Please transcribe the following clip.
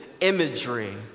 imagery